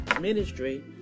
ministry